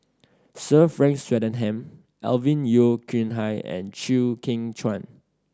Sir Frank Swettenham Alvin Yeo Khirn Hai and Chew Kheng Chuan